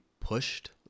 pushed